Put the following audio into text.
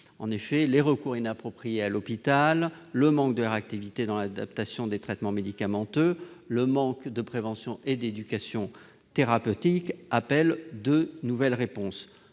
maladie. Les recours inappropriés à l'hôpital, le manque de réactivité dans l'adaptation des traitements médicamenteux ou le manque de prévention et d'éducation thérapeutique appellent de nouvelles réponses.